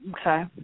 Okay